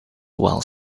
while